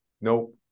nope